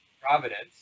Providence